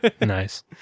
nice